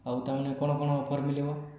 ଆଉ ତା'ହେଲେ କ'ଣ କ'ଣ ଅଫର ମିଳିବ